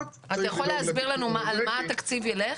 --- אתה יכול להסביר לנו על מה התקציב יילך?